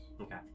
Okay